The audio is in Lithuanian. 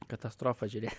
katastrofa žiūrė